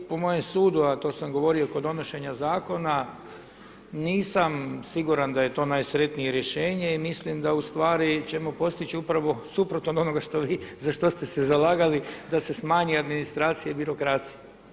I po mojem sudu, a to sam govorio i kod donošenja zakona, nisam siguran da je to najsretnije rješenje i mislim da ćemo postići upravo suprotno od onoga što vi za što ste se zalagali da se smanji administracija i birokracija.